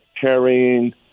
carrying